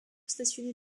stationnée